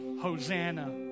Hosanna